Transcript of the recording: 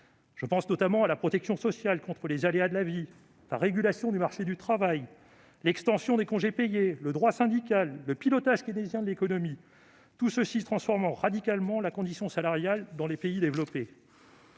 Je pense notamment à la protection générale contre les aléas de la vie, à la régulation du marché du travail, à l'extension des congés payés, au droit syndical, au pilotage keynésien de l'économie, toutes ces réformes transformant radicalement la condition salariale dans les pays développés.